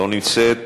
לא נמצאת,